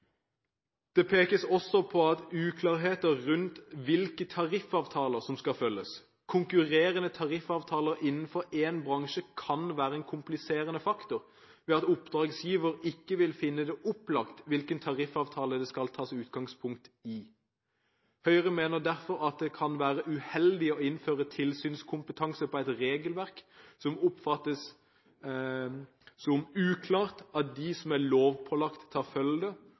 Det pekes også på uklarheter rundt hvilke tariffavtaler som skal følges. Konkurrerende tariffavtaler innenfor én bransje kan være en kompliserende faktor ved at oppdragsgiver ikke vil finne det opplagt hvilken tariffavtale det skal tas utgangspunkt i. Høyre mener derfor at det kan være uheldig å innføre tilsynskompetanse i et regelverk som oppfattes som uklart av dem som er lovpålagt å følge det,